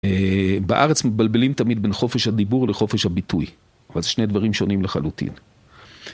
בארץ מבלבלים תמיד בין חופש הדיבור לחופש הביטוי. אבל זה שני דברים שונים לחלוטין.